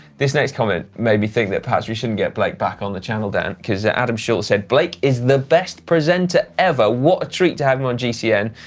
this next comment made me think that perhaps we shouldn't get blake back on the channel, dan, because adam schulz said, blake is the best presenter ever. what a treat to have him on gcn.